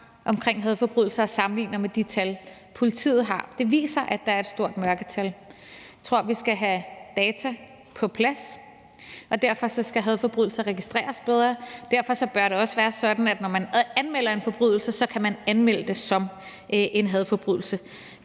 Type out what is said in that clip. for hadforbrydelser, og sammenligner med de tal, som politiet har. Det viser, at der er et stort mørketal. Jeg tror, vi skal have data på plads. Derfor skal hadforbrydelser registreres bedre, og derfor bør det også være sådan, at når man anmelder en forbrydelse, kan man anmelde den som en hadforbrydelse.